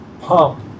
pump